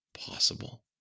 Possible